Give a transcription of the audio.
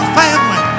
family